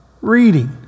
reading